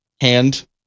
hand